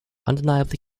undeniably